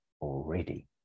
already